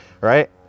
Right